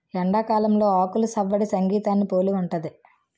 ఎండాకాలంలో ఆకులు సవ్వడి సంగీతాన్ని పోలి ఉంటది